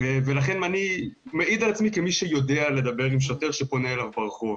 לכן אני מעיד על עצמי כמי שיודע לדבר עם שוטר שפונה אליו ברחוב.